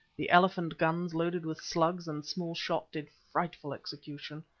the elephant guns loaded with slugs and small shot did frightful execution.